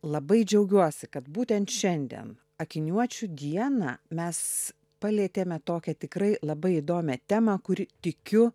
labai džiaugiuosi kad būtent šiandien akiniuočių dieną mes palietėme tokią tikrai labai įdomią temą kuri tikiu